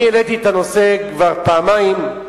אני העליתי את הנושא כבר פעמיים,